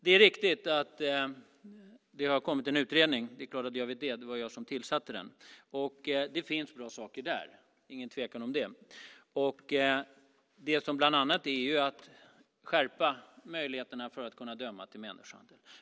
Det är riktigt att det har kommit en utredning. Det är klart att jag vet det - det var ju jag som tillsatte den! Det finns bra saker där. Det är ingen tvekan om det. Bland annat handlar det om att skärpa möjligheterna att döma för människohandel.